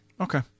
Okay